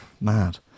Mad